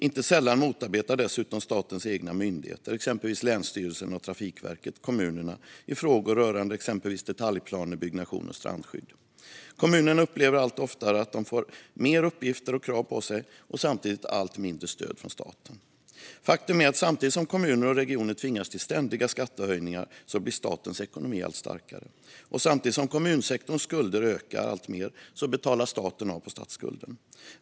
Inte sällan motarbetar dessutom statens egna myndigheter, exempelvis länsstyrelserna och Trafikverket, kommunerna i frågor rörande exempelvis detaljplaner, byggnation och strandskydd. Kommunerna upplever allt oftare att de får fler uppgifter och krav på sig och samtidigt allt mindre stöd från staten. Faktum är att samtidigt som kommuner och regioner tvingas till ständiga skattehöjningar blir statens ekonomi allt starkare. Och samtidigt som kommunsektorns skulder ökar alltmer betalar staten av på statsskulden.